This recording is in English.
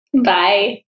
Bye